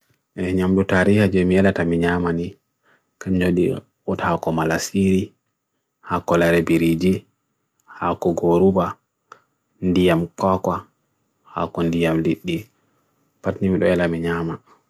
E nyam butari a jyemi elata minyama ni, kenyoddi ut hawko malasiri, hawko lere biriji, hawko goruba, ndiyam kwa kwa, hawko ndiyam litdi, patni milo ela minyama.